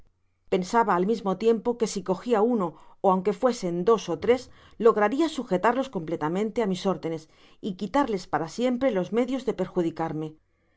pensaba al mismo tiempo que si cogia uno ó aunque fuesen dos ó tres lograria sujetarlos completamente á mis órdenes y quitarles para siempre los medios de perjudicarme